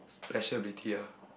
special ability ah